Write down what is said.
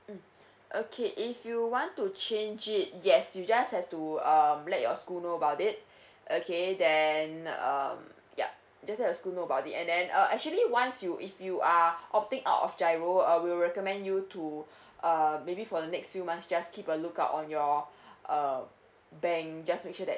mm okay if you want to change it yes you just have to um let your school know about it okay then um yup just let your school know about it and then uh actually once you if you are opting out of GIRO uh we will recommend you to err maybe for the next few months just keep a lookout on your um bank just make sure that